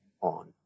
on